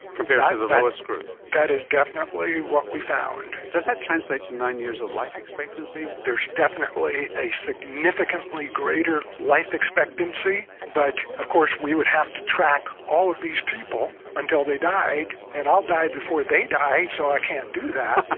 compared to the lowest group. that is definitely what we found. does that translate to nine years of life expectancy? there's definitely a significantly greater life expectancy, but of course we would have to track all of these people until they died, and i'll die before they die, so i can't do that.